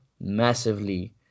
massively